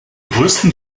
größten